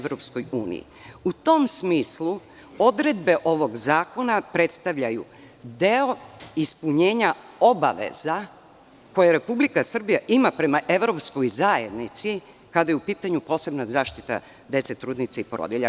U tom smislu odredbe ovog zakona predstavljaju deo ispunjenja obaveza koje Republika Srbija ima prema evropskoj zajednici kada je u pitanju posebna zaštita dece, trudnica i porodilja“